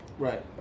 Right